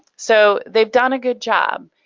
so they've done a good job.